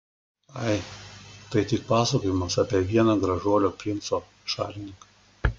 ai tai tik pasakojimas apie vieną gražuolio princo šalininką